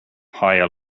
higher